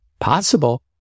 Possible